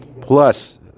plus